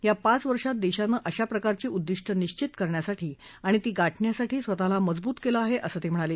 या पाच वर्षात देशानं अशा प्रकारची उद्दिष्ट निश्वित करण्यासाठी आणि ती गार्ण्यासाठी स्वतःला मजबूत केलं आहे असं ते म्हणाले